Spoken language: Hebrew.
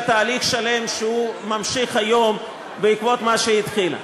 תהליך שלם שממשיך היום בעקבות מה שהיא התחילה.